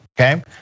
okay